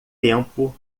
tempo